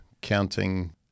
counting